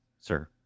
sir